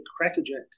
crackerjack